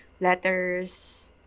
letters